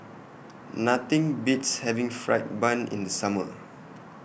Nothing Beats having Fried Bun in The Summer